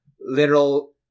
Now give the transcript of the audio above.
literal